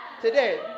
today